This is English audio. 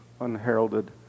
unheralded